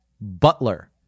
Butler